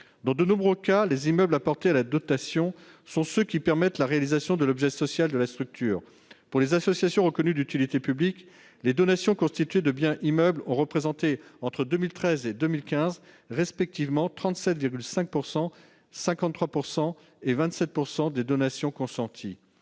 Dans de nombreux cas, les immeubles apportés à la dotation sont ceux qui permettent la réalisation de l'objet social de la structure. Pour les associations reconnues d'utilité publique, les donations constituées de biens immeubles ont représenté entre 2013 et 2015 respectivement 37,5 %, 53 % et 27 % des donations consenties.